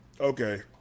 Okay